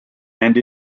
and